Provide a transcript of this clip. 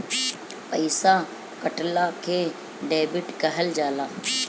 पइसा कटला के डेबिट कहल जाला